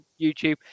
YouTube